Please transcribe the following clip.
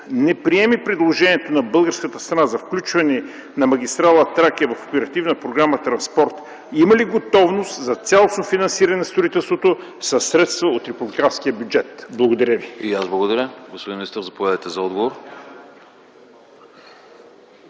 не приеме предложението на българската страна за включване на магистрала „Тракия” в Оперативна програма „Транспорт”, има ли готовност за цялостно финансиране на строителството със средства от републиканския бюджет? Благодаря ви. ПРЕДСЕДАТЕЛ АНАСТАС АНАСТАСОВ: И аз благодаря. Господин министър, заповядайте за отговор.